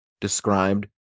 described